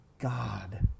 God